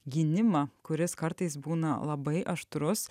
gynimą kuris kartais būna labai aštrus